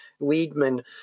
Weidman